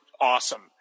awesome